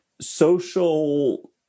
social